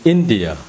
India